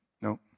No